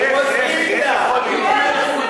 אני מוכרח לשמוע איך אתה מסכים אתם.